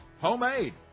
homemade